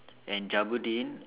and Jabudeen